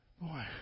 boy